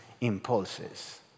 impulses